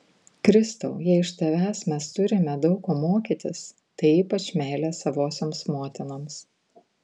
kristau jei iš tavęs mes turime daug ko mokytis tai ypač meilės savosioms motinoms